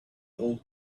ought